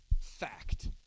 Fact